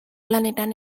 lanetan